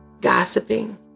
gossiping